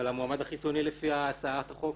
ועל המועמד החיצוני, לפי הצעת החוק